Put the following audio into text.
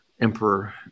emperor